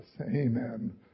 Amen